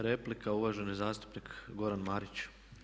Replika, uvaženi zastupnik Goran Marić.